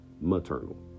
Maternal